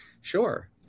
Sure